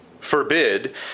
forbid